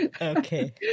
Okay